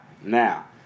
now